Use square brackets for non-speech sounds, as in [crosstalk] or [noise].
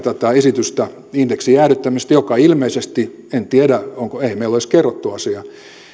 [unintelligible] tätä esitystä indeksin jäädyttämisestä ilmeisesti en tiedä eihän meille ole edes kerrottu asiaa